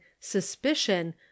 suspicion